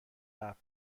قبل